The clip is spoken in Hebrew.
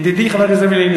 ידידי חבר הכנסת ריבלין,